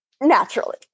Naturally